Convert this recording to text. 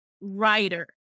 writer